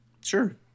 Sure